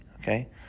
Okay